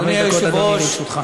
חמש דקות, אדוני, לרשותך.